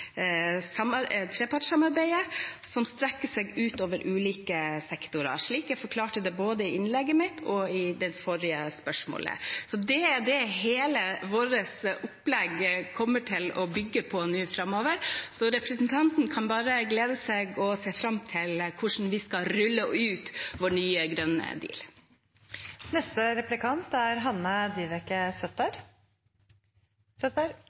trepartssamarbeidet, som strekker seg ut over ulike sektorer, slik jeg forklarte det både i innlegget mitt og i svaret på det forrige spørsmålet. Det er det hele vårt opplegg kommer til å bygge på nå framover, så representanten kan bare glede seg og se fram til hvordan vi skal rulle ut vår nye, grønne deal. Skatteinsentiver virker. Det er